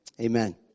Amen